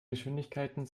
geschwindigkeiten